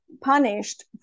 punished